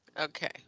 Okay